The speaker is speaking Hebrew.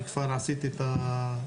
אני כבר עשיתי את ההזמנה,